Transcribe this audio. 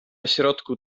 środku